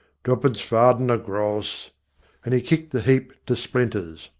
twopence-farden a gross and he kicked the heap to splinters.